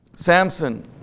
Samson